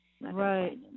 Right